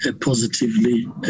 positively